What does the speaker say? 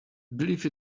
believe